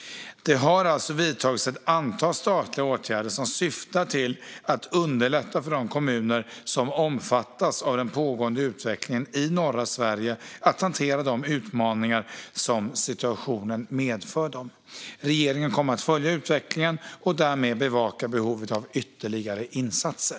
Det har alltså vidtagits ett antal statliga åtgärder som syftar till att underlätta för de kommuner som omfattas av den pågående utvecklingen i norra Sverige att hantera de utmaningar som situationen medför för dem. Regeringen kommer att följa utvecklingen och därmed bevaka behovet av ytterligare insatser.